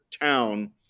town